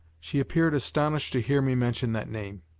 she appeared astonished to hear me mention that name.